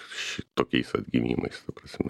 šitokiais atgimimais ta prasme